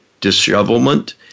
dishevelment